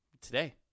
Today